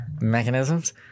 Mechanisms